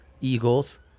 Eagles